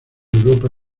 europa